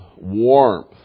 warmth